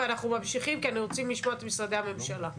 ואנחנו ממשיכים כי אנחנו רוצים לשמוע את משרדי הממשלה,